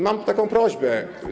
Mam taką prośbę.